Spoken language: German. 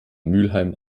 mülheim